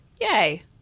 Yay